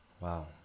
Wow